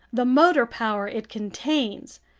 the motor power it contains,